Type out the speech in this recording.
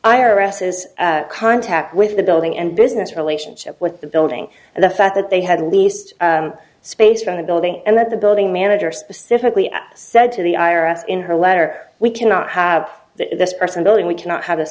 is contact with the building and business relationship with the building and the fact that they had leased space from the building and that the building manager specifically at said to the i r s in her letter we cannot have this person building we cannot have this